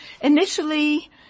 Initially